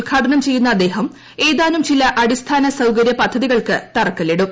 ഉദ്ഘാടനം ചെയ്യുന്ന അദ്ദേഹം ഏതാനും ചില അടിസ്ഥാന സൌകര്യ പദ്ധതികൾക്ക് തറക്കല്ലിടും